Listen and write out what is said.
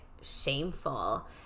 shameful